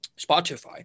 Spotify